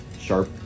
sharp